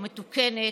או מתוקנת,